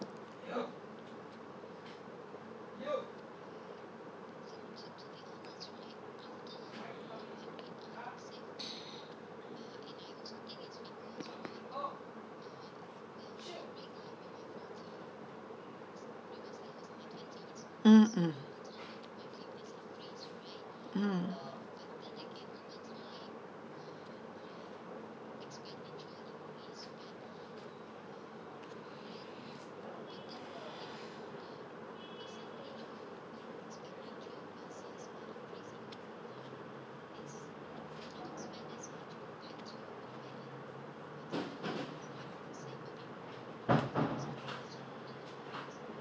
mm mm mm